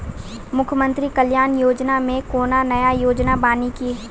मुख्यमंत्री कल्याण योजना मे कोनो नया योजना बानी की?